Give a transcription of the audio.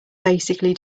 basically